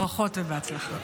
ברכות ובהצלחה.